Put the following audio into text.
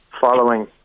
following